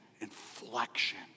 inflection